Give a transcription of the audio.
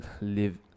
Live